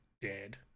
dead